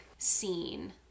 scene